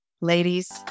Ladies